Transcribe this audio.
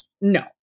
No